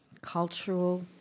cultural